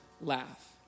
Laugh